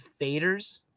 faders